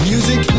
Music